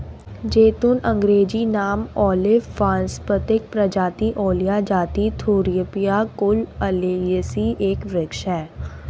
ज़ैतून अँग्रेजी नाम ओलिव वानस्पतिक प्रजाति ओलिया जाति थूरोपिया कुल ओलियेसी एक वृक्ष है